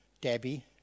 Debbie